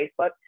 Facebook